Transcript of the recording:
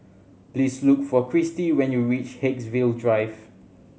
please look for Kristi when you reach Haigsville Drive